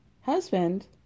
husband